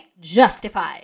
justified